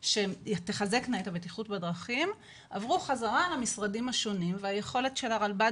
שתחזנקה את הבטיחות בדרכים עברו חזרה למשרדים השונים והיכולת של הרלב"ד